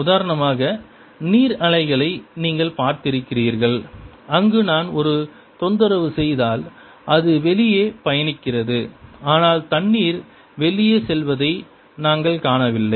உதாரணமாக நீர் அலைகளை நீங்கள் பார்த்திருக்கிறீர்கள் அங்கு நான் ஒரு தொந்தரவு செய்தால் அது வெளியே பயணிக்கிறது ஆனால் தண்ணீர் வெளியே செல்வதை நாங்கள் காணவில்லை